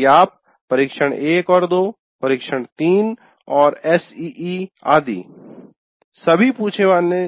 यदि आप परिक्षण 1 और 2 परीक्षण 3 और एसईई आदि सभी पूछे जाने